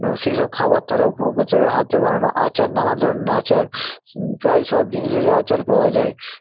যেমন সেই সব খাবার তারা উপভোগ করতে পারবে হাতে বানানো আচার নানা ধরনের আচার প্রায় সব জিনিসেরই আচার পাওয়া যায়